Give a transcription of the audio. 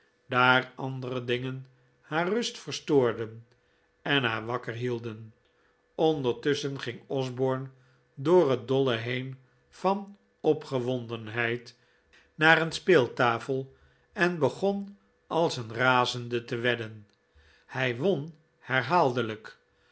daar andere dingen haar rust verstoorden en haar wakker hidden ondertusschen ging osborne door t dolle heen van opgewondenheid naar een speeltafel en begon als een razende te wedden hij won herhaaldelijk